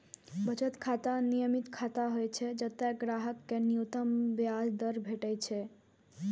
बचत खाता नियमित खाता होइ छै, जतय ग्राहक कें न्यूनतम ब्याज दर भेटै छै